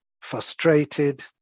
frustrated